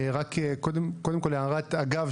קודם כל הערת אגב,